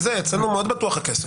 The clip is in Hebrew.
אצלנו הכסף מאוד בטוח.